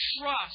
trust